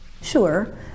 Sure